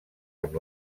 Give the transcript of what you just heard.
amb